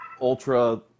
ultra